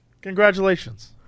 Congratulations